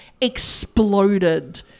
exploded